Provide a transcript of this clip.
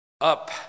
up